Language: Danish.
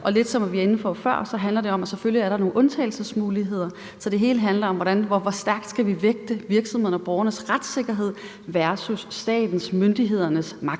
af det, vi var inde på før, er der selvfølgelig nogle undtagelsesmuligheder, så det hele handler om, hvor stærkt vi skal vægte virksomhedernes og borgernes retssikkerhed versus statens og myndighedernes